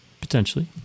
Potentially